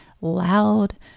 loud